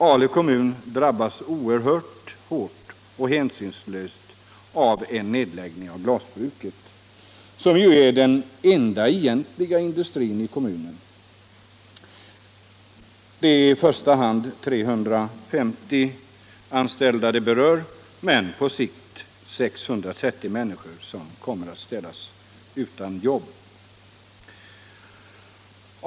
Ale kommun drabbas oerhört hårt och hänsynslöst av en nedläggning av glasbruket, som är den enda egentliga industrin i kommunen. Det är i första hand 350 anställda som berörs, men på sikt kommer 630 personer att ställas utan jobb.